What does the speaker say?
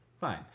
fine